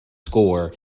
score